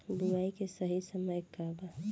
बुआई के सही समय का वा?